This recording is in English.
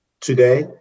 today